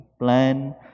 plan